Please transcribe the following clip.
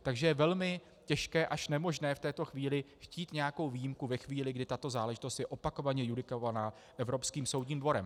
Takže je velmi těžké až nemožné v této chvíli chtít nějakou výjimku, ve chvíli, kdy tato záležitost je opakovaně judikovaná Evropským soudním dvorem.